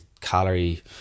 calorie